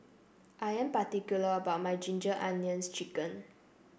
I am particular about my Ginger Onions chicken